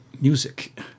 music